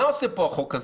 ומה עושה פה החוק הזה?